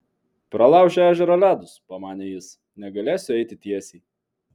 pralaužė ežero ledus pamanė jis negalėsiu eiti tiesiai